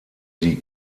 die